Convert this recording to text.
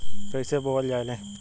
कईसे बोवल जाले?